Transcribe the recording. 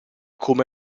come